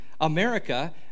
America